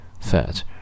Third